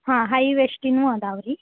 ಹಾಂ ಹೈವೆಸ್ಟುನು ಅದಾವೆ ರೀ